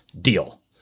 deal